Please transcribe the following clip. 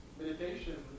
meditation